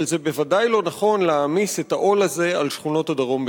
אבל זה בוודאי לא נכון להעמיס את העול הזה על שכונות הדרום בתל-אביב.